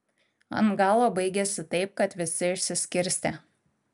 ant galo baigėsi taip kad visi išsiskirstė